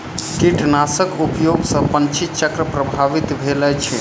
कीटनाशक उपयोग सॅ पंछी चक्र प्रभावित भेल अछि